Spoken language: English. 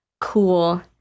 cool